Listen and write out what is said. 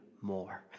more